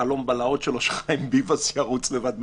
חלום הבלהות שלו הוא שחיים ביבס ירוץ לבד מהליכוד.